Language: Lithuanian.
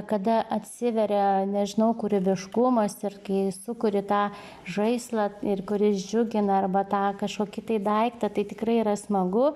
kada atsiveria nežinau kurybiškumas ir kai sukuri tą žaislą ir kuris džiugina arba tą kažkokį tai daiktą tai tikrai yra smagu